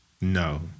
No